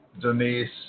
Denise